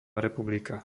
republika